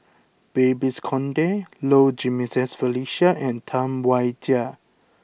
Babes Conde Low Jimenez Felicia and Tam Wai Jia